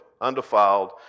undefiled